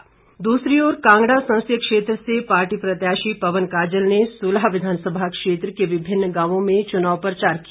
कांग्रेस प्रचार दूसरी ओर कांगड़ा संसदीय क्षेत्र से पार्टी प्रत्याशी पवन काजल ने सुलह विधानसभा क्षेत्र के विभिन्न गांवों में चुनाव प्रचार किया